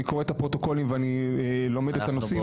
קורא את הפרוטוקולים לומד את הנושאים.